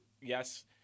yes